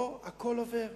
פה הכול עובר,